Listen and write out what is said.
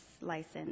license